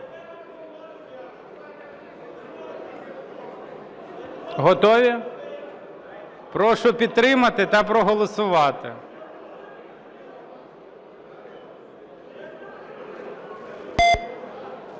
Готові? Прошу підтримати та проголосувати.